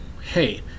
hey